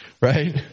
right